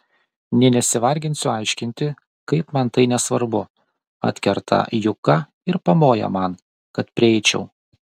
nė nesivarginsiu aiškinti kaip man tai nesvarbu atkerta juka ir pamoja man kad prieičiau